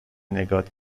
نگات